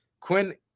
Quinn